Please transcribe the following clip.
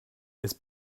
ist